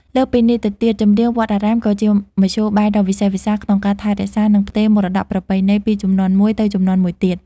លើសពីនេះទៅទៀត ចម្រៀងវត្តអារាមក៏ជាមធ្យោបាយដ៏វិសេសវិសាលក្នុងការថែរក្សា និងផ្ទេរមរតកប្រពៃណីពីជំនាន់មួយទៅជំនាន់មួយទៀត។